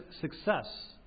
success